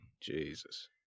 Jesus